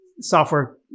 software